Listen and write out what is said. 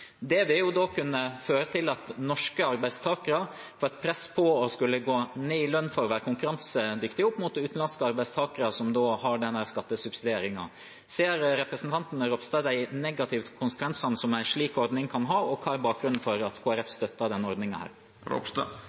kunne føre til at norske arbeidstakere får et press på å skulle gå ned i lønn for å være konkurransedyktige sammenlignet med utenlandske arbeidstakere som har denne skattesubsidieringen. Ser representanten Ropstad de negative konsekvensene en slik ordning kan ha, og hva er bakgrunnen for at Kristelig Folkeparti støtter